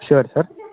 sure sir